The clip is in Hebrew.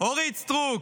אורית סטרוק.